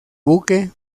buque